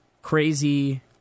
Crazy